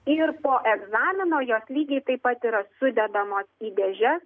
ir po egzamino jos lygiai taip pat yra sudedamos į dėžes